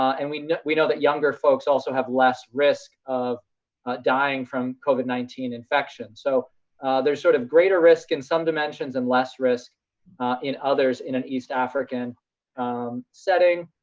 and we we know that younger folks also have less risk of dying from covid nineteen infection. so there's sort of greater risk in some dimensions and less risk in others in an east african setting.